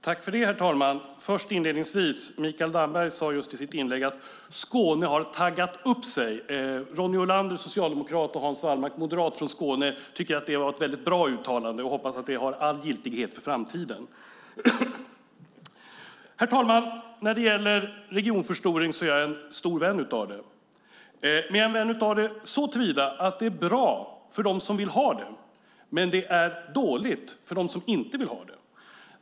Herr talman! Mikael Damberg sade just i sitt inlägg att Skåne har taggat upp sig. Ronny Olander, socialdemokrat, och Hans Wallmark, moderat, från Skåne tycker att det var ett bra uttalande och vi hoppas att det har all giltighet för framtiden. Herr talman! Jag är en stor vän av regionförstoring. Men jag är en vän av det såtillvida att det är bra för dem som vill ha det men dåligt för dem som inte vill ha det.